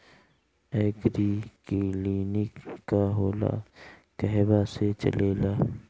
एगरी clinic का होला कहवा से चलेँला?